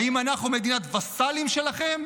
האם אנחנו מדינת וסאלים שלכם?